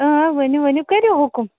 ؤنِو ؤنِو کٔرِو حُکُم